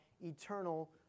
eternal